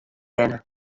wenne